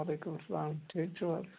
وَعلیکُم اسَلام ٹھیٖک چھِوٕ حظ